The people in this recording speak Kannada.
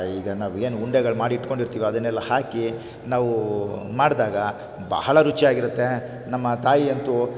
ಈಗ ನಾವೇನು ಉಂಡೆಗಳ ಮಾಡಿ ಇಟ್ಕೋಂಡಿರ್ತೀವಿ ಅದನ್ನೆಲ್ಲ ಹಾಕಿ ನಾವು ಮಾಡಿದಾಗ ಬಹಳ ರುಚಿಯಾಗಿರುತ್ತೆ ನಮ್ಮ ತಾಯಿಯಂತೂ